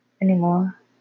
anymore